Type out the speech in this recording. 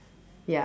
ya